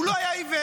הוא לא היה עיוור.